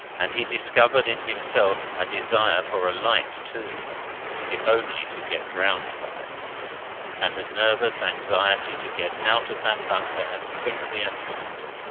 and he discovered in himself a desire for a light, too if only to get drowned by and a nervous anxiety to get out of that bunker as quickly as possible.